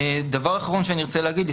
הדבר האחרון שאני רוצה להגיד,